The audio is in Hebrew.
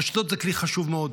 רשתות הן כלי חשוב מאוד,